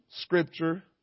scripture